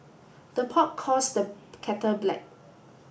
the pot calls the kettle black